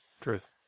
Truth